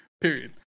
Period